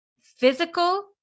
physical